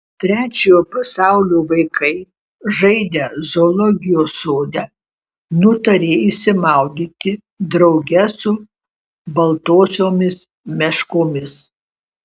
trečiojo pasaulio vaikai žaidę zoologijos sode nutarė išsimaudyti drauge su baltosiomis meškomis